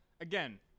Again